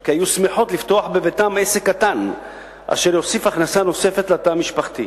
כי היו שמחות לפתוח בביתן עסק קטן אשר יוסיף הכנסה לתא המשפחתי.